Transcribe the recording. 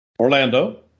Orlando